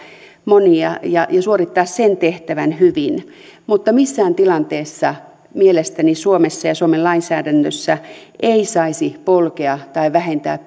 monia ja suorittaa sen tehtävän hyvin mutta missään tilanteessa mielestäni suomessa ja suomen lainsäädännössä ei saisi polkea tai vähentää